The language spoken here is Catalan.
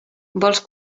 vols